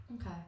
Okay